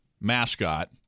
mascot